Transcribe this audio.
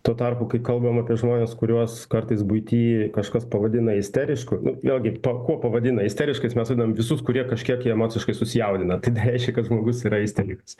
tuo tarpu kai kalbam apie žmones kuriuos kartais buity kažkas pavadina isterišku nu vėlgi p kuo pavadina isteriškais mes vadinam visus kurie kažkiek emociškai susijaudina tai nereiškia kad žmogus yra isterikas